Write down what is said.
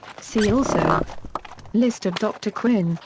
see also list of dr. quinn,